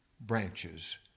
branches